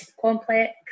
complex